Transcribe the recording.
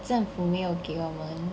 政府没有给我们